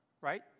Right